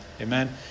amen